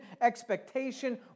expectation